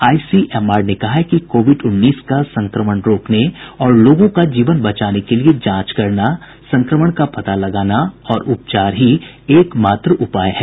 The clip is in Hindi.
आईसीएमआर ने कहा है कि कोविड उन्नीस का संक्रमण रोकने और लोगों का जीवन बचाने के लिए जांच करना संक्रमण का पता लगाना और उपचार ही एकमात्र उपाय है